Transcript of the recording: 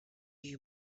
you